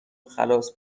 خلاص